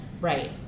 Right